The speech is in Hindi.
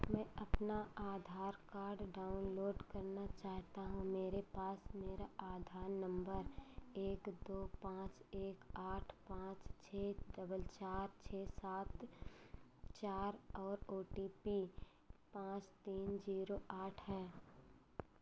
मैं अपना आधार कार्ड डाउनलोड करना चाहता हूँ मेरे पास मेरा आधार नम्बर एक दो पाँच एक आठ पाँच छः डबल चार छः सात चार और ओ टी पी पाँच तीन जीरो आठ है